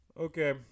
okay